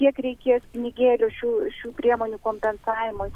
kiek reikės pinigėlių šių šių priemonių kompensavimui